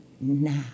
now